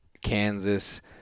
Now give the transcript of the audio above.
Kansas